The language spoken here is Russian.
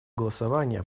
голосования